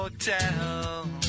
Hotel